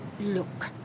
Look